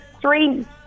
three